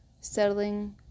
settling